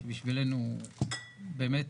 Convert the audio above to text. שבשבילנו הוא באמת